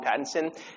Pattinson